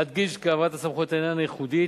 אדגיש כי העברת הסמכות איננה ייחודית,